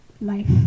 life